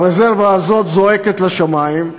הרזרבה הזו צועקת לשמים,